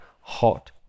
hot